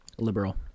Liberal